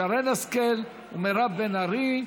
שרן השכל ומירב בן ארי.